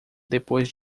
depois